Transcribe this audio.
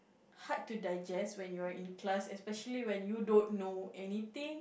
hard to digest when you're in class especially when you don't know anything